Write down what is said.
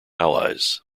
allies